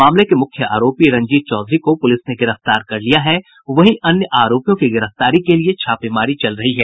मामले के मुख्य आरोपी रणजीत चौधरी को पुलिस ने गिरफ्तार कर लिया है वहीं अन्य आरोपियों की गिरफ्तारी के लिए छापेमारी चल रही है